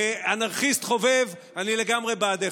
כאנרכיסט חובב אני לגמרי בעדך.